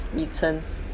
returns